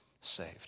saved